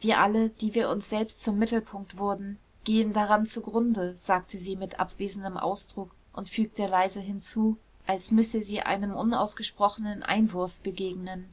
wir alle die wir uns selbst zum mittelpunkt wurden gehen daran zugrunde sagte sie mit abwesendem ausdruck und fügte leise hinzu als müsse sie einem unausgesprochenen einwurf begegnen